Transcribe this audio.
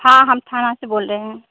हाँ हम थाना से बोल रहे हैं